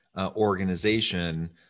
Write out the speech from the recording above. organization